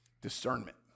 discernment